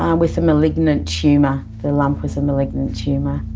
um with a malignant tumour, the lump was a malignant tumour.